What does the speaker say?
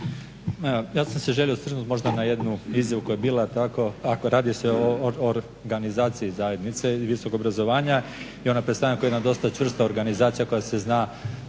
ja sam se želio osvrnut možda na jednu izjavu koja je bila tako, ovako radi se o organizaciji zajednice i visokog obrazovanja i ona predstavlja jednu dosta čvrstu organizaciju koja se zna,